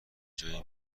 جایی